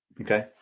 Okay